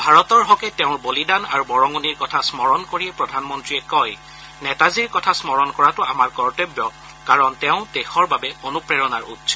ভাৰতৰ হকে তেওঁৰ বলিদান আৰু বৰঙনিৰ কথা স্মৰণ কৰি প্ৰধানমন্ত্ৰীয়ে কয় নেতাজীৰ কথা স্মৰণ কৰাটো আমাৰ কৰ্তব্য কাৰণ তেওঁ দেশৰ বাবে অনুপ্ৰেৰণাৰ উৎস